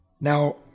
Now